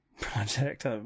project